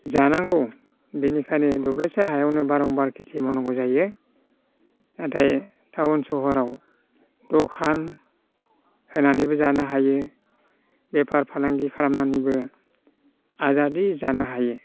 जानांगौ बेनिखायनो दब्लायसे हायावनो बारम्बार खामानि मावनाय जायो नाथाय टाउन सहराव दखान होनानैबो जानो हायो बेफार फालांगि खालामनानैबो आजादि जानो हायो